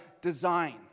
design